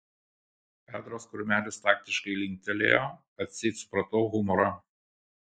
petras kurmelis taktiškai linktelėjo atseit supratau humorą